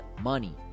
money